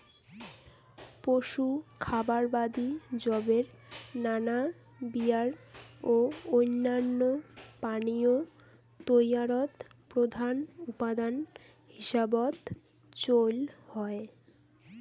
পশু খাবার বাদি যবের দানা বিয়ার ও অইন্যান্য পানীয় তৈয়ারত প্রধান উপাদান হিসাবত চইল হয়